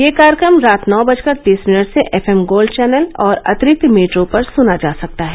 यह कार्यक्रम रात नौ बजकर तीस मिनट से एफएम गोल्ड चैनल और अतिरिक्त मीटरों पर सुना जा सकता है